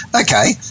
okay